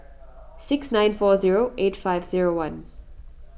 six nine four zero eight five zero one